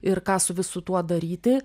ir ką su visu tuo daryti